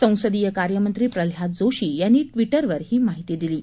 संसदीय कार्य मंत्री प्रल्हाद जोशी यांनी ट्विटरवर ही माहिती दिली आहे